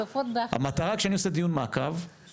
המטרה כשאני עושה דיון מעקב זה